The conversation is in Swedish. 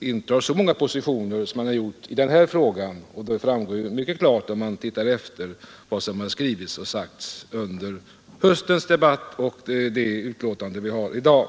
intar så många positioner som han har gjort i denna fråga. Det framgår ju mycket klart om man tittar efter vad som har skrivits och sagts under höstens debatt och i det betänkande som vi har att ta ställning till i dag.